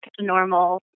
normal